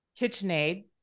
KitchenAid